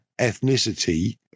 ethnicity